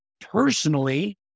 personally